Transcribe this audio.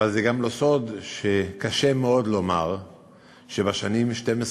אבל זה גם לא סוד שקשה מאוד לומר שבשנים 2012